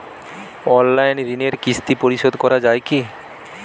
Online ঋণের কিস্তি পরিশোধ করা যায় কি?